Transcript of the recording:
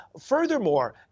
Furthermore